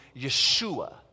Yeshua